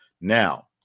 Now